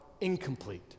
incomplete